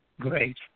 Great